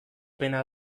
pena